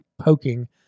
poking